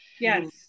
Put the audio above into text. Yes